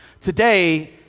Today